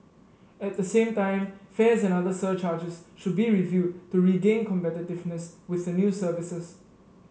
at the same time fares and other surcharges should be reviewed to regain competitiveness with the new services